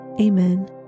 Amen